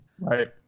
right